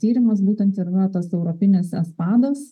tyrimas būtent ir yra tas europinis espadas